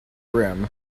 rim